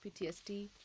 ptsd